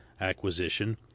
acquisition